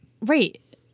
Right